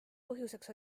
põhjuseks